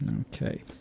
Okay